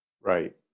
Right